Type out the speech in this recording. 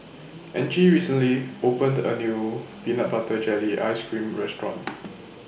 Angie recently opened A New Peanut Butter Jelly Ice Cream Restaurant